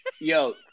Yo